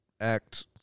act